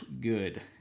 good